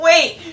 Wait